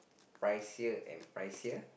pricier and pricier